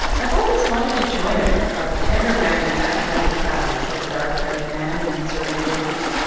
i've always wanted to join a book club but never ran with that kind of crowd said a dark-haired man in his early thirty s,